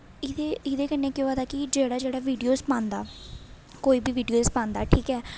एह्दे एहदे कन्नै केह् होआ दा कि जेह्ड़ा जेह्ड़ा वीडियोज पांदा कोई बी वीडियोस पांदा ठीक ऐ